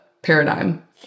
paradigm